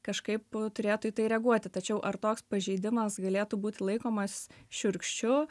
kažkaip turėtų į tai reaguoti tačiau ar toks pažeidimas galėtų būti laikomas šiurkščiu